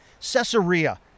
Caesarea